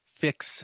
fix